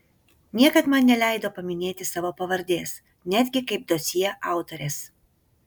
niekad man neleido paminėti savo pavardės netgi kaip dosjė autorės